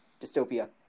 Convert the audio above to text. dystopia